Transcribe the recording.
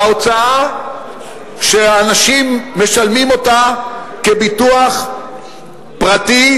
וההוצאה שאנשים משלמים כביטוח פרטי,